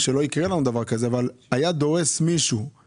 אתה לא יכול לתת לו להמשיך לעבוד באיזה שהוא משרד.